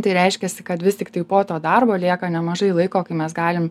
tai reiškiasi kad vis tiktai po to darbo lieka nemažai laiko kai mes galim